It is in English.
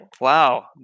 wow